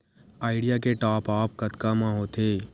Idea के top आप कतका म होथे?